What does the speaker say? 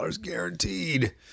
guaranteed